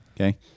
okay